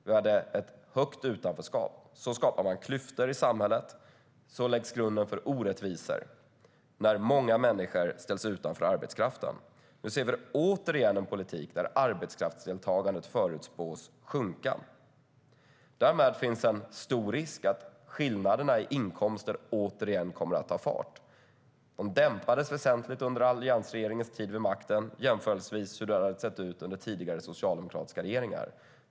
Vi hade ett stort utanförskap. Nu ser vi återigen en politik där arbetskraftsdeltagandet förutspås sjunka. Därmed finns det en stor risk att skillnaderna i inkomster återigen kommer att ta fart. De dämpades väsentligt under alliansregeringens tid vid makten, jämfört med hur det hade sett ut under tidigare socialdemokratiska regeringar.